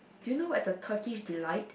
do you know what is a Turkish delight